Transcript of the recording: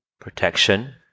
protection